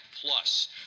Plus